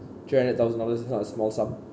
three hundred thousand dollars is not a small sum